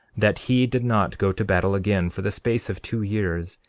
that he did not go to battle again for the space of two years,